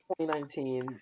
2019